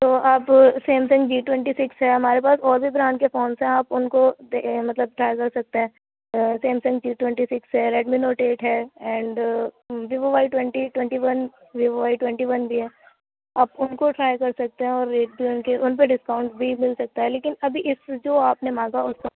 تو آپ Samsung G twenty six ہے ہمارے پاس اور بھی برانڈ کے فونس ہیں آپ اُن کو مطلب ٹرائی کر سکتے ہیں اور سیمسنگ جی ٹوینٹی سکس ہے ریڈمی نوٹ ایٹ ہے and Vivo Y twenty twenty one Vivo Y twenty one بھی ہے آپ اُن کو ٹرائی کر سکتے ہیں اور ریٹ جو ہیں اُن کے اُن پہ ڈسکانٹ بھی مل سکتا ہے لیکن ابھی اِس جو آپ نے مانگا اُس کا